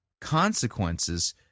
consequences